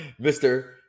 Mr